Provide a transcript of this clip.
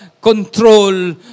control